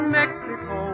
Mexico